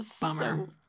bummer